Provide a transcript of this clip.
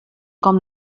com